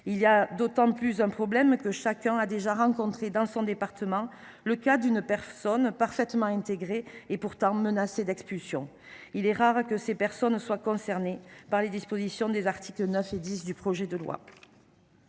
exécutées. Par ailleurs, chacun a déjà rencontré dans son département le cas d’une personne parfaitement intégrée et pourtant menacée d’expulsion ; or il est rare que ces personnes soient concernées par les dispositions des articles 9 et 10 du projet de loi.